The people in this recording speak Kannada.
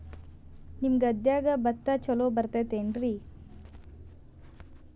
ನಿಮ್ಮ ಗದ್ಯಾಗ ಭತ್ತ ಛಲೋ ಬರ್ತೇತೇನ್ರಿ?